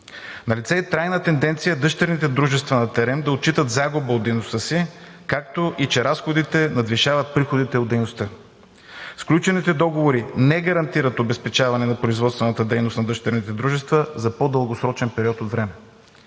Налице е трайна тенденция дъщерните дружества на „Терем“ да отчитат загуба от дейността си, както и че разходите надвишават приходите от дейността. Сключените договори не гарантират обезпечаване на производствената дейност на дъщерните дружества за по-дългосрочен период от време.